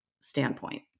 standpoint